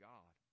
God